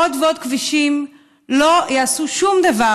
עוד ועוד כבישים לא יעשו שום דבר,